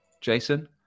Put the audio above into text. Jason